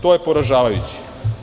To je poražavajuće.